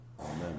Amen